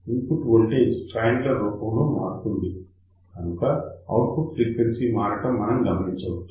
input voltage triangular రూపం లో మారుతుంది కనుక ఔట్పుట్ ఫ్రీక్వెన్సీ మారడం మనం గమనించవచ్చు